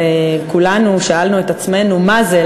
וכולנו שאלנו את עצמנו: מה זה?